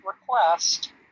request